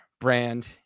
brand